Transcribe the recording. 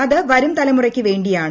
അത് വരും തലമുറയ്ക്ക് വേണ്ടിയാണ്